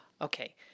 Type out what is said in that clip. Okay